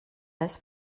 this